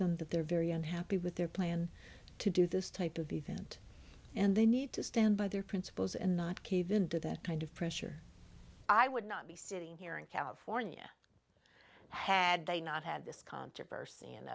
them that they're very unhappy with their plan to do this type of event and they need to stand by their principles and not cave in to that kind of pressure i would not be sitting here in california had they not had this controversy in